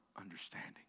understanding